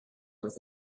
with